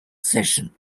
session